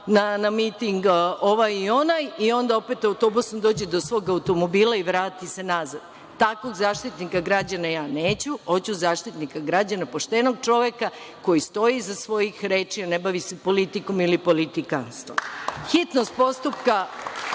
na miting ovaj i onaj i onda opet autobusom dođe do svog automobila i vrati se nazad. Takvog zaštitnika građana ja neću, hoću Zaštitnika građana, poštenog čoveka koji stoji iza svojih reči a ne bavi se politikom ili politikanstvom. Hitnost postupka,